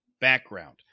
background